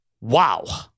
Wow